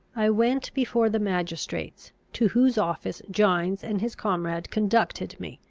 i went before the magistrates, to whose office gines and his comrade conducted me,